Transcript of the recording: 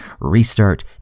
restart